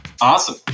Awesome